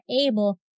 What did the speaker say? able